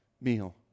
meal